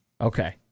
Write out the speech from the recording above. Okay